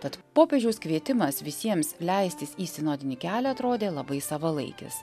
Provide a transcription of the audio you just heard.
tad popiežiaus kvietimas visiems leistis į sinodinį kelią atrodė labai savalaikis